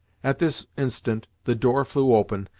at this instant the door flew open,